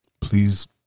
Please